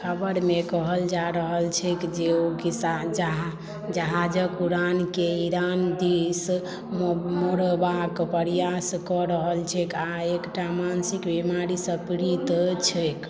खबरमे कहल जा रहल छैक जे ओ किसा जहा जहाजक उड़ानकेँ ईरान दिश मो मोड़बाक प्रयास कऽ रहल छैक आ एकटा मानसिक बीमारीसँ पीड़ित छैक